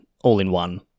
all-in-one